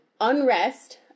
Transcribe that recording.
unrest